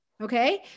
okay